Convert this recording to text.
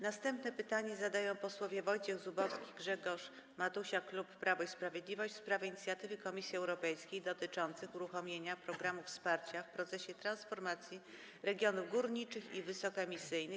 Następne pytanie zadają posłowie Wojciech Zubowski i Grzegorz Matusiak, klub Prawo i Sprawiedliwość, w sprawie inicjatywy Komisji Europejskiej dotyczącej uruchomienia programu wsparcia w procesie transformacji regionów górniczych i wysokoemisyjnych.